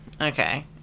okay